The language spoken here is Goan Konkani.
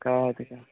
कळ्ळें तुका